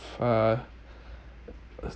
uh